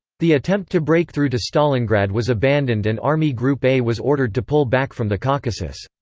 the attempt to break through to stalingrad was abandoned and army group a was ordered to pull back from the caucasus.